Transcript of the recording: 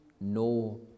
no